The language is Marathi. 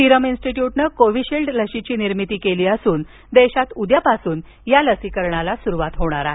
सीरम इंस्टिट्यूटनं कोव्हीशिल्ड लशीची निर्मिती केली असून देशात उद्यापासून लसीकरणाला सुरुवात होणार आहे